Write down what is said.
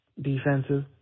defensive